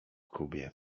kubie